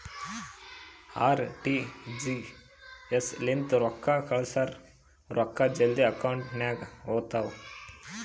RTGS ಲಿಂತ ರೊಕ್ಕಾ ಕಳ್ಸುರ್ ರೊಕ್ಕಾ ಜಲ್ದಿ ಅಕೌಂಟ್ ನಾಗ್ ಹೋತಾವ್